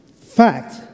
fact